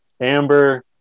Amber